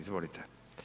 Izvolite.